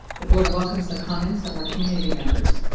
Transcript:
the board welcomes the comments of our community members.